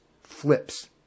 flips